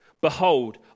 Behold